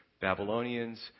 Babylonians